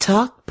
Talk